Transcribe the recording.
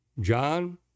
John